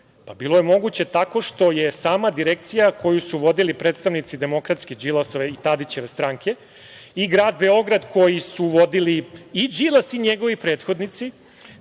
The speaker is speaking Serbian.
Bilo je moguće tako što su sama Direkcija, koju su vodili predstavnici Demokratske Đilasove i Tadićeve stranke i grad Beograd, koji su vodili i Đilas i njegovi prethodnici,